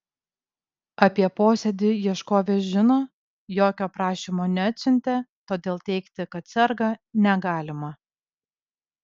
apie posėdį ieškovė žino jokio prašymo neatsiuntė todėl teigti kad serga negalima